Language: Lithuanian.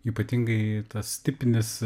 ypatingai tas tipinis